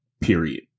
period